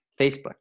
facebook